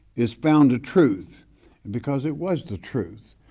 is found a truth because it was the truth.